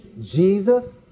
Jesus